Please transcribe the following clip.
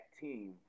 team